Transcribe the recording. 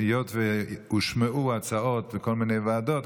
היות שהושמעו הצעות לכל מיני ועדות,